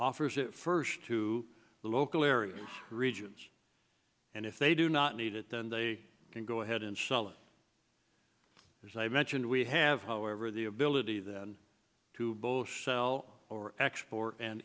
offers first to the local area regions and if they do not need it then they can go ahead and sell it as i mentioned we have however the ability then to both sell or export and